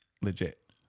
Legit